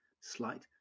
slight